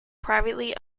privately